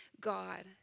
God